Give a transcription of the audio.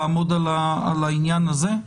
לעמוד על העניין הזה?